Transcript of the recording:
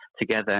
together